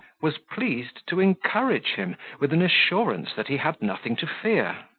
was pleased to encourage him with an assurance that he had nothing to fear.